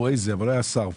שר פעם,